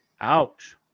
ouch